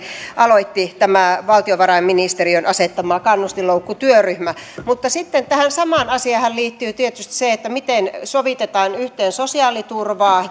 aloitti tämä valtiovarainministeriön asettama kannustinloukkutyöryhmä mutta sitten tähän samaan asiaanhan liittyy tietysti se miten sovitetaan yhteen sosiaaliturvaa